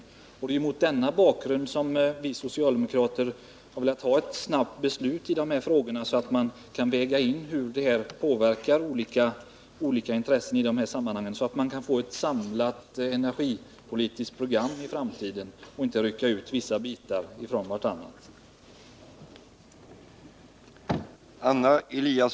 Det är mot den bakgrunden som vi socialdemokrater velat få ett snabbt beslut i de här frågorna. Vissa bitar får inte ryckas ut ur sitt sammanhang -— för att man skall kunna bedöma hur olika intressen påverkas i framtiden krävs ett samlat enérgipolitiskt program.